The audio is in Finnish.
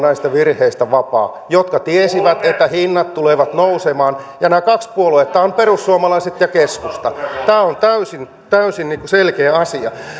näistä virheistä vapaat ovat ainoastaan kaksi puoluetta jotka tiesivät että hinnat tulevat nousemaan ja nämä kaksi puoluetta ovat perussuomalaiset ja keskusta tämä on täysin täysin selkeä asia